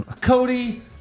Cody